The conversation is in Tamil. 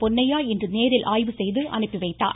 பொன்னையா இன்று நேரில் ஆய்வு செய்து அனுப்பி வைத்தார்